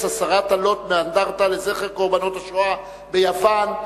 הסרת הלוט מאנדרטה לזכר קורבנות השואה ביוון.